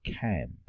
camp